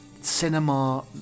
cinema